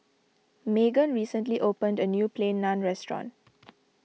Maegan recently opened a new Plain Naan restaurant